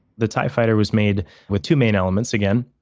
the tie fighter, was made with two main elements again.